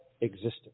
existence